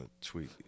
tweet